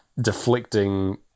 deflecting